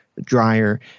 dryer